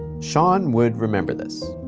shawn would remember this.